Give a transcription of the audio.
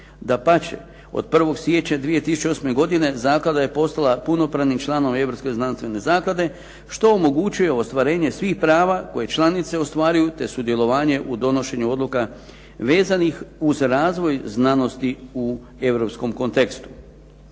Dapače od 1. siječnja 2008. godine zaklada je postala punopravnim članom europske znanstvene zaklade što omogućuje ostvarenje svih prava koje članice ostvaruju, te sudjelovanje u donošenju odluka vezanih uz razvoj znanosti u europskom kontekstu.